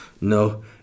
no